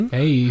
hey